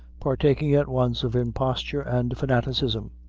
partaking at once of imposture and fanaticism.